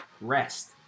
Rest